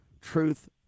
truth